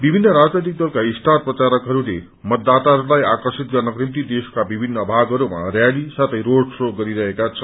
विभिन्न राजनैतिक दलका स्टार प्रचारकहरूले मतदाताहरूलाई आकर्षित गर्नको निभित देशको विभिन्न भागहरूमा रयाली साथै रोड शो गरिरहेका छन्